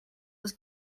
was